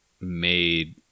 made